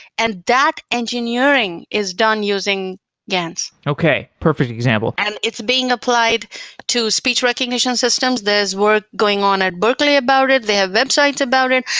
and that engineering is done using gans okay, perfect example and it's being applied to speech recognition systems. there's work going on at berkeley about it. they have websites about it.